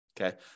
Okay